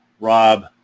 Rob